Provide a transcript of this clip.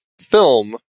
film